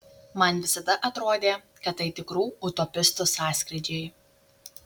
man visada atrodė kad tai tikrų utopistų sąskrydžiai